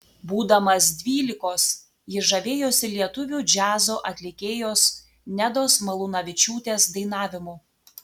būdamas dvylikos jis žavėjosi lietuvių džiazo atlikėjos nedos malūnavičiūtės dainavimu